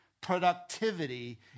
productivity